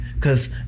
Cause